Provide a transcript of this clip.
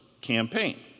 campaign